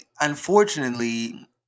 unfortunately